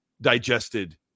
digested